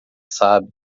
sabe